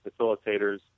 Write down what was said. facilitators